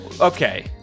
okay